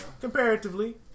comparatively